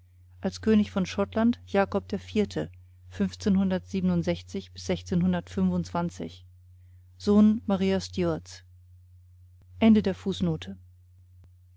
als könig von schottland jakob sohn maria